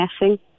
messing